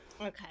Okay